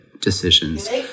decisions